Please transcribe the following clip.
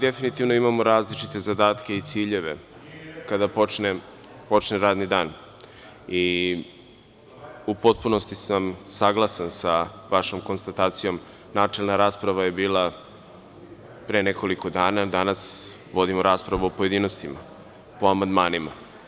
Definitivno imamo različite zadatke i ciljeve kada počne radni dan, i u potpunosti sam saglasan sa vašom konstatacijom, načelna rasprava je bila pre nekoliko dana, danas vodimo raspravu o pojedinostima, po amandmanima.